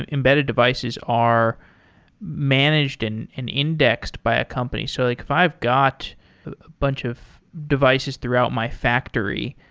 embedded devices are managed and and indexed by a company. so like if i've got a bunch of devices throughout my factory,